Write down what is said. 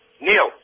Neil